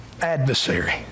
adversary